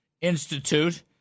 Institute